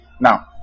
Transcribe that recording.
now